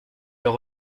leur